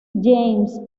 james